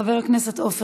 חבר הכנסת עפר